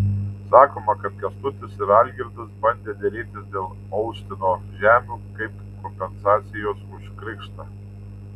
sakoma kad kęstutis ir algirdas bandę derėtis dėl olštino žemių kaip kompensacijos už krikštą